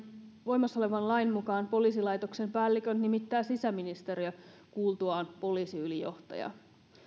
voimassa olevan lain mukaan poliisilaitoksen päällikön nimittää sisäministeriö kuultuaan poliisiylijohtajaa